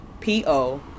P-O